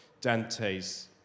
Dante's